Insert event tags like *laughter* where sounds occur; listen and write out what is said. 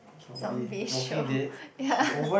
zombie show ya *noise*